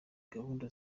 gahunda